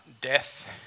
death